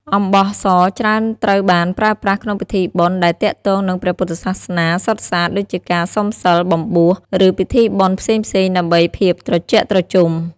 អំបោះសច្រើនត្រូវបានប្រើប្រាស់ក្នុងពិធីបុណ្យដែលទាក់ទងនឹងព្រះពុទ្ធសាសនាសុទ្ធសាធ ដូចជាការសុំសីល បំបួស ឬពិធីបុណ្យផ្សេងៗដើម្បីភាពត្រជាក់ត្រជុំ។